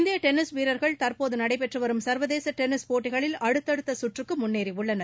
இந்திய டென்னிஸ் வீரர்கள் தற்போது நடைபெற்று வரும் சர்வதேச டென்னிஸ் போட்டிகளில் அடுத்தடுத்த சுற்றுக்கு முன்னேறியுள்ளனர்